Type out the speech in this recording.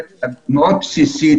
שלי.